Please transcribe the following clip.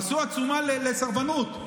עשו עצומה לסרבנות.